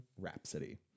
Rhapsody